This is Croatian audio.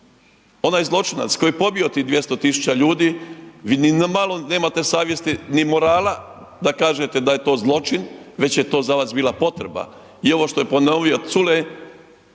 Onaj zločinac koji je pobio tih 200 tisuća ljudi, vi ni malo nemate savjesti ni morala da kažete da je to zločin, već je to za vas bila potreba. I ovo što je ponovio Culej,